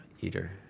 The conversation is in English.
eater